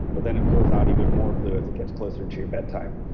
but then it pulls out even more blue as it gets closer to your bedtime.